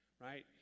right